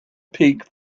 peak